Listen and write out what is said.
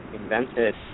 invented